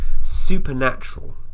supernatural